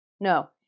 No